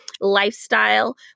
lifestyle